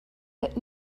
had